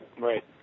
Right